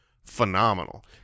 phenomenal